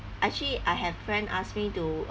actually I have friend asked me to